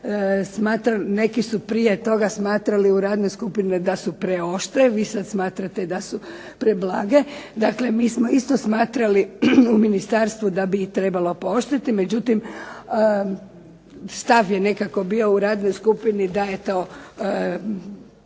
neki su prije toga smatrali u radnoj skupini da su preoštre, vi sada smatrate da su preblage, dakle mi smo isto smatrali u Ministarstvu da bi ih trebalo pooštriti, međutim, stav je nekako bio u radnoj skupini da je to